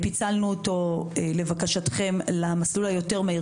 פיצלנו אותו לבקשתכם למסלול המהיר יותר,